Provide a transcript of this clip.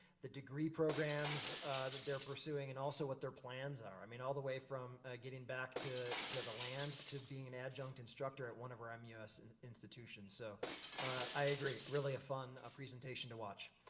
the degree programs that they're pursuing, and also what their plans are. i mean all the way from getting back to to the land, to being an adjunct instructor at one of our um mus and institution. so i agree, really a fun ah presentation to watch.